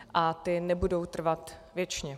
A ty nebudou trvat věčně.